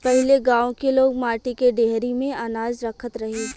पहिले गांव के लोग माटी के डेहरी में अनाज रखत रहे